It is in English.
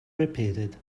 repeated